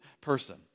person